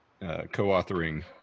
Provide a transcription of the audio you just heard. co-authoring